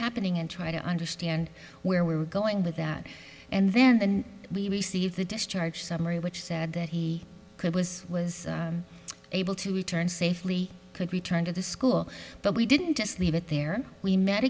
happening and try to understand where we were going with that and then we received a discharge summary which said that he could was was able to return safely could return to the school but we didn't just leave it there we met